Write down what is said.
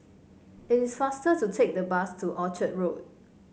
it is faster to take the bus to Orchard Road